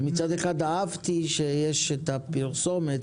מצד אחד אהבתי שיש את הפרסומת,